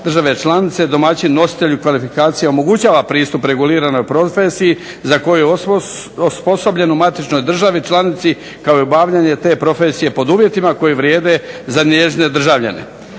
države članice. Domaćin nositelj kvalifikacija omogućava pristup reguliranoj profesiji za koju je osposobljen u matičnoj državi članici kao i obavljanje te profesije pod uvjetima koji vrijede za njezine državljane.